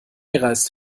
reist